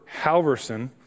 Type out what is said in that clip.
Halverson